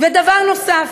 ודבר נוסף,